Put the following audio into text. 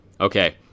Okay